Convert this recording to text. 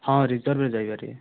ହଁ ରିଜର୍ବ୍ରେ ଯାଇପାରିବେ